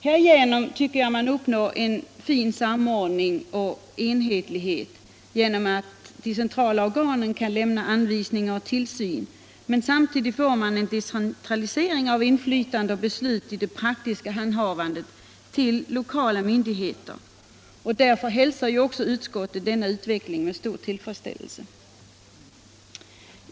Jag tycker att man uppnår en fin samordning och enhetlighet genom att de centrala organen kan lämna anvisningar och utöva tillsyn. Men samtidigt får man i det praktiska handhavandet en decentralisering av inflytande och beslut till lokala myndigheter. Därför hälsar utskottet denna utveckling med stor tillfredsställelse.